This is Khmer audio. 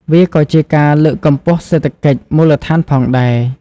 វាក៏ជាការលើកកម្ពស់សេដ្ឋកិច្ចមូលដ្ឋានផងដែរ។